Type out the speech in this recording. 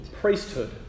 priesthood